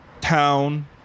town